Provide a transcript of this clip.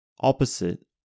opposite